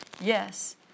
yes